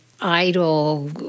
idle